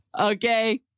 Okay